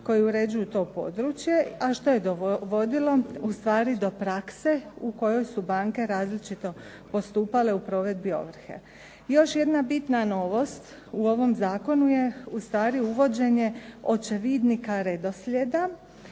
koji uređuju to područje, a što je vodilo ustvari do prakse u kojoj su banke različito postupale u provedbi ovrhe. Još jedna bitna novost u ovom zakonu je ustvari uvođenje očevidnika redoslijeda